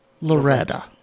Loretta